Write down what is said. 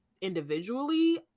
individually